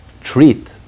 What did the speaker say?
treat